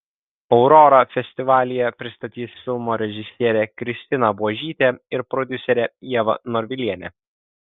aurorą festivalyje pristatys filmo režisierė kristina buožytė ir prodiuserė ieva norvilienė